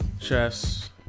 Chess